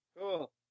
Cool